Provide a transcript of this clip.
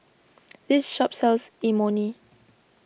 this shop sells Imoni